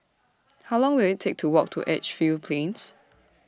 How Long Will IT Take to Walk to Edgefield Plains